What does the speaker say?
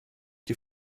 die